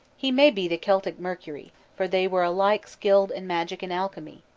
he may be the celtic mercury, for they were alike skilled in magic and alchemy,